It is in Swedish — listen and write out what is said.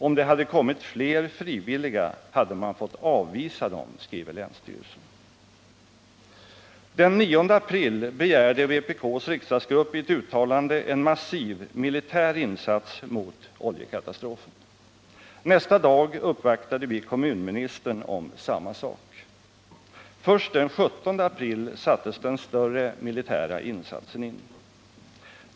”Om det hade kommit fler frivilliga hade man fått avvisa dem.” Den 9 april begärde vpk:s riksdagsgrupp i ett uttalande en massiv militär insats mot oljekatastrofen. Nästa dag uppvaktade vi kommunministern om samma sak. Först den 17 april sattes den större militära insatsen in.